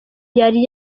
yari